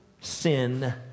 sin